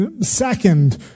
Second